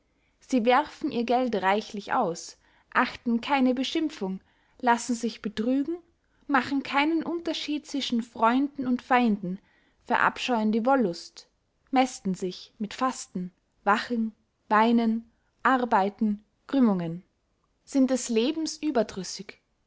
sie werfen ihr geld reichlich aus achten keine beschimpfung lassen sich betrügen machen keinen unterschied zwischen freunden und feinden verabscheuen die wollust mästen sich mit fasten wachen weinen arbeiten grümmungen sind des lebens überdrüssig